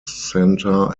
center